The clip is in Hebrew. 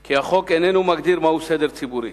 כי החוק איננו מגדיר מהו "סדר ציבורי",